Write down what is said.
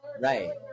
Right